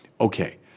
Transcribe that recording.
Okay